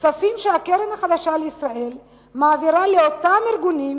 כספים שהקרן החדשה לישראל מעבירה לאותם ארגונים